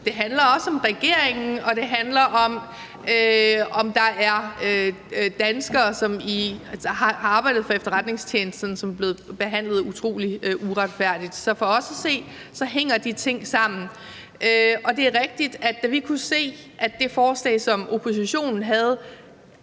det handler også om regeringen; og det handler om, om der er danskere, der har arbejdet for efterretningstjenesterne, som er blevet behandlet utrolig uretfærdigt. Så for os at se hænger de ting sammen. Og det er rigtigt, at da vi kunne se, at det forslag, som oppositionen havde,